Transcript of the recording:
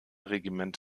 regiment